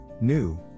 New